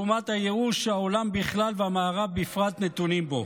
לעומת הייאוש שהעולם בכלל והמערב בפרט נתונים בו.